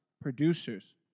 producers